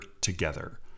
together